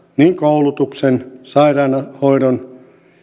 niin koulutuksen sairaanhoidon